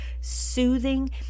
soothing